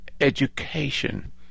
education